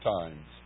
times